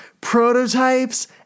Prototypes